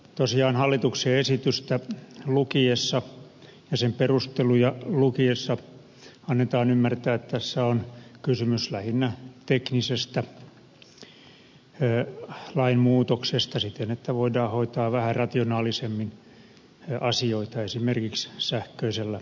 tosiaan hallituksen esitystä lukiessa ja sen perusteluja lukiessa annetaan ymmärtää että tässä on kysymys lähinnä teknisestä lainmuutoksesta siten että voidaan hoitaa vähän rationaalisemmin asioita esimerkiksi sähköisellä tiedonsiirrolla